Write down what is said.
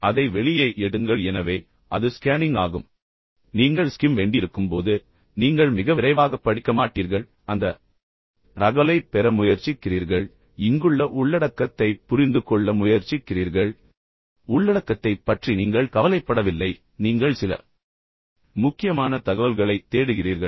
எனவே அதை வெளியே எடுங்கள் எனவே அது ஸ்கேனிங் ஆகும் எனவே இப்போது நீங்கள் ஸ்கிம் வேண்டியிருக்கும் போது நீங்கள் மிக விரைவாகப் படிக்க மாட்டீர்கள் பின்னர் அந்த தகவலைப் பெற முயற்சிக்கிறீர்கள் இங்குள்ள உள்ளடக்கத்தைப் புரிந்துகொள்ள முயற்சிக்கிறீர்கள் இங்கு உள்ளடக்கத்தைப் பற்றி நீங்கள் உண்மையில் கவலைப்படவில்லை நீங்கள் சில முக்கியமான தகவல்களைத் தேடுகிறீர்கள்